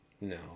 No